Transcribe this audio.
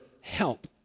help